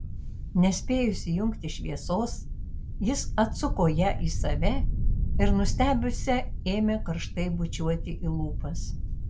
nespėjus įjungti šviesos jis atsuko ją į save ir nustebusią ėmė karštai bučiuoti į lūpas